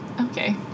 Okay